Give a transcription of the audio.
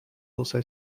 also